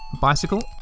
bicycle